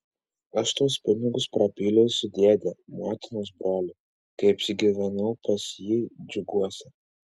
aš tuos pinigus prapyliau su dėde motinos broliu kai apsigyvenau pas jį džiuguose